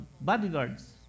bodyguards